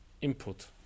input